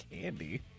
candy